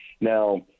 Now